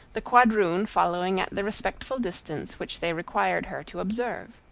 the quadroon following at the respectful distance which they required her to observe.